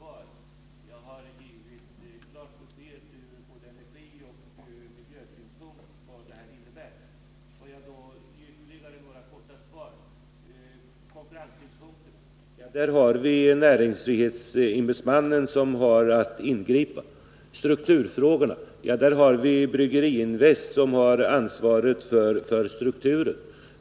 Herr talman! Jag tycker nog att herr Alsén hårdrar mitt svar. Jag har givit klart besked om vad detta innebär ur både energioch miljösynpunkt. Men jag skall ge ytterligare några korta kommentarer till de olika frågorna. Konkurrenssynpunkterna: Här har näringsfrihetsombudsmannen att ingripa. Strukturfrågorna: Här har vi Bryggeriinvest, som har ansvaret för strukturen.